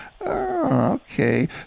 okay